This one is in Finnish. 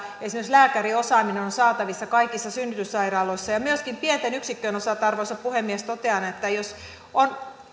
lääkäriosaaminen on on saatavissa kaikissa synnytyssairaaloissa myöskin pienten yksikköjen osalta arvoisa puhemies totean että jos on